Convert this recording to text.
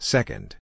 Second